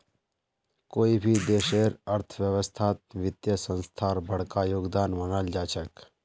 कोई भी देशेर अर्थव्यवस्थात वित्तीय संस्थार बडका योगदान मानाल जा छेक